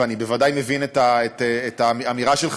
ואני בוודאי מבין את האמירה שלך,